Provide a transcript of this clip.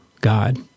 God